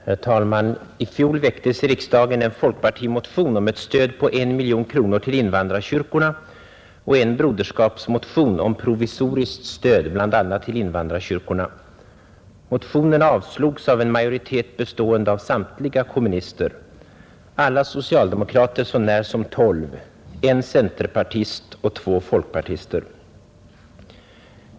Herr talman! I fjol väcktes i riksdagen en folkpartimotion om ett stöd på 1 miljon kronor till invandrarkyrkorna och en broderskapsmotion om provisoriskt stöd bl.a. till invandrarkyrkorna. Motionerna avslogs av en majoritet bestående av samtliga kommunister, alla socialdemokrater så när som på tolv, en centerpartist och två folkpartister.